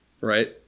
right